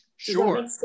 Sure